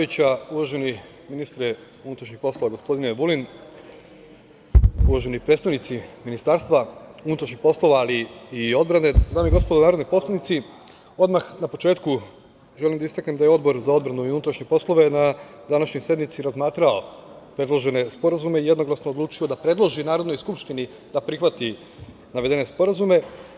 Uvaženi ministre unutrašnjih poslova, gospodine Vulin, uvaženi predstavnici Ministarstva unutrašnjih poslova i odbrane, dame i gospodo narodni poslanici, odmah na početku želim da istaknem da je Odbor za odbranu i unutrašnje poslove na današnjoj sednici razmatrao predložene sporazume i jednoglasno odlučio da predloži Narodnoj skupštini da prihvati navedene sporazume.